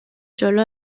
جلو